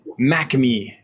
MacMe